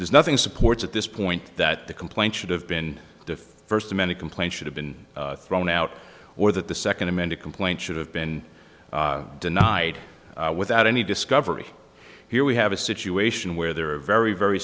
there is nothing supports at this point that the complaint should have been the first of many complaints should have been thrown out or that the second amended complaint should have been denied without any discovery here we have a situation where there are very very